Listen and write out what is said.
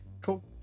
Cool